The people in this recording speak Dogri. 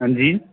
अंजी